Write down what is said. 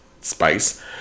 Spice